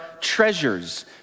treasures